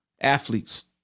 athletes